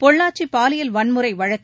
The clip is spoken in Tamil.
பொள்ளாச்சி பாலியல் வன்முறை வழக்கு